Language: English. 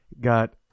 Got